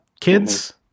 kids